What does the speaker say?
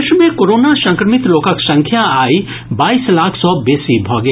देश मे कोरोना संक्रमित लोकक संख्या आइ बाईस लाख सॅ बेसी भऽ गेल